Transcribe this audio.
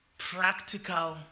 practical